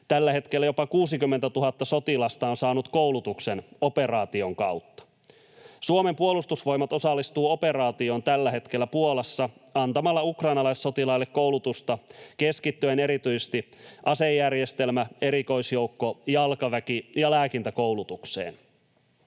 Tällä hetkellä jopa 60 000 sotilasta on saanut koulutuksen operaation kautta. Suomen puolustusvoimat osallistuu operaatioon tällä hetkellä Puolassa antamalla ukrainalaissotilaille koulutusta keskittyen erityisesti asejärjestelmä-, erikoisjoukko-, jalkaväki- ja lääkintäkoulutukseen.